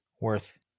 worth